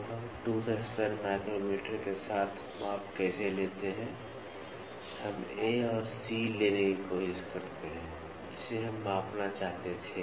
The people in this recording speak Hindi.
तो हम टूथ स्पैन माइक्रोमीटर के साथ माप कैसे लेते हैं हम A और C लेने की कोशिश करते हैं जिसे हम मापना चाहते थे